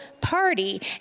party